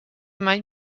mai